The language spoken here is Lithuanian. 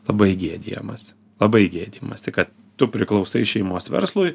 labai gėdijamasi labai gėdijamasi kad tu priklausai šeimos verslui